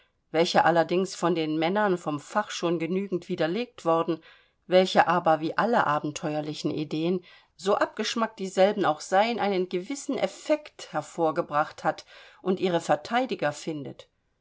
welche allerdings von den männern vom fach schon genügend widerlegt worden welche aber wie alle abenteuerlichen ideen so abgeschmackt dieselben auch seien einen gewissen effekt hervorgebracht hat und ihre verteidiger findet